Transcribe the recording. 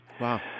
Wow